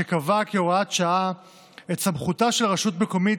שקבע כהוראת שעה את סמכותה של רשות מקומית